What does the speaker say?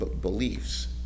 beliefs